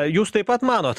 jūs taip pat manot